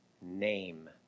name